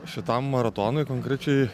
šitam maratonui konkrečiai